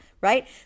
right